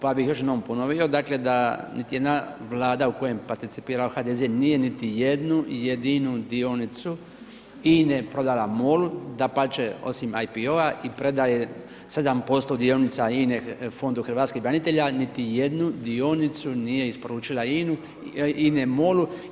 Pa bih još jednom ponovio, dakle da niti jedna Vlada u kojem je participirao HDZ nije niti jednu jedinu dionicu INA-e prodala MOL-u, dapače osim IPO-a i prodaje 7% dionica INA-e Fondu hrvatskih branitelja, niti jednu dionicu nije isporučila INA-a MOL-u.